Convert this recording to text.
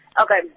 Okay